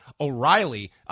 O'Reilly